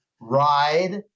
ride